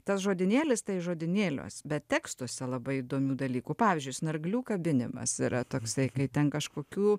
tas žodynėlis tai žodynėliuos bet tekstuose labai įdomių dalykų pavyzdžiui snarglių kabinimas yra toksai kai ten kažkokių